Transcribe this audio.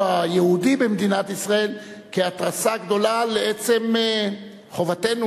היהודי במדינת ישראל כהתרסה גדולה על עצם חובתנו,